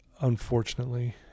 Unfortunately